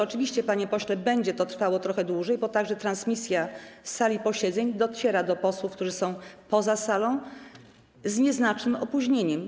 Oczywiście, panie pośle, będzie to trwało trochę dłużej, bo transmisja z sali posiedzeń dociera do posłów, którzy są poza salą, także z nieznacznym opóźnieniem.